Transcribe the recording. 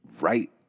right